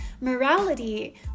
morality